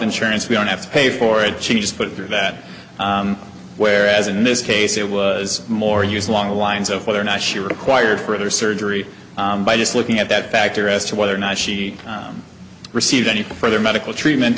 insurance we don't have to pay for it she just put it through that whereas in this case it was more use along the lines of whether or not she required further surgery by just looking at that factor as to whether or not she received any further medical treatment